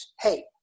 hey